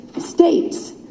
States